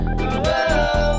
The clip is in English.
whoa